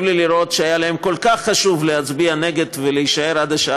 אם היה שם, במקום